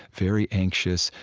very anxious,